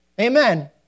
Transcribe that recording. amen